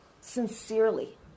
sincerely